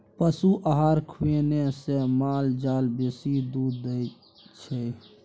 पशु आहार खुएने से माल जाल बेसी दूध दै छै